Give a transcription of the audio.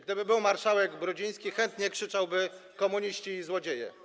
Gdyby był marszałek Brudziński, chętnie krzyczałby: komuniści i złodzieje.